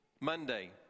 monday